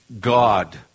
God